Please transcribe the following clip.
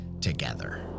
together